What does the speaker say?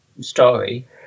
story